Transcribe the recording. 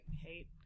hate